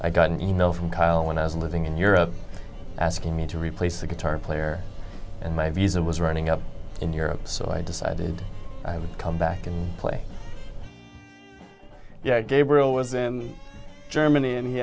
i got an email from kyle when i was living in europe asking me to replace a guitar player and my visa was running up in europe so i decided i would come back and play yeah gabriel was in germany and he